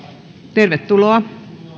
tervetuloa